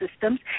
systems